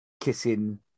kissing